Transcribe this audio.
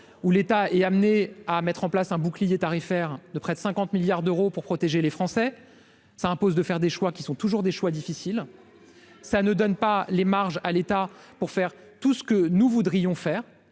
où l'État est amené à mettre en place un bouclier tarifaire, de près de 50 milliards d'euros pour protéger les Français, ça impose de faire des choix qui sont toujours des choix difficiles, ça ne donne pas les marges à l'État pour faire tout ce que nous voudrions faire